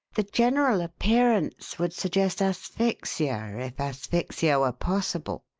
the general appearance would suggest asphyxia, if asphyxia were possible.